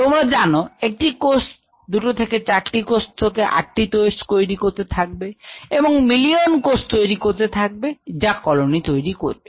তোমরা জানো একটি কোষ দুটো থেকে চারটি কোষ থেকে আটটি কোষ তৈরি করতে থাকবে এবং মিলিয়ন কোষ তৈরি করতে পারবে যা কলোনি তৈরি করবে